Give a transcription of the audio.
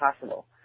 possible